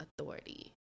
authority